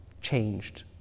changed